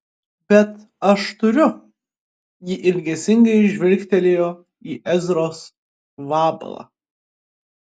bet aš turiu ji ilgesingai žvilgtelėjo į ezros vabalą